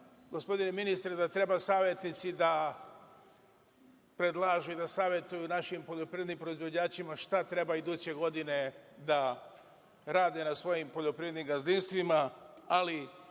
gospodine ministre, da treba savetnici da predlažu i da savetuju našim poljoprivrednim proizvođačima šta treba iduće godine da rade na svojim poljoprivrednim gazdinstvima. Ali,